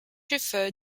refer